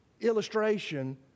illustration